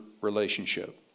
relationship